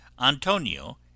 Antonio